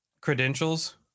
credentials